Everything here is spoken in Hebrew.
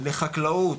לחקלאות,